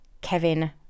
Kevin